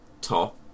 top